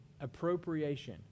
appropriation